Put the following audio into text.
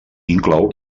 inclou